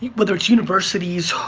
whether it's universities,